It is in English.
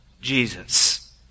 Jesus